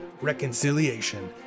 reconciliation